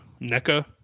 NECA